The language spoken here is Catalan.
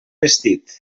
vestit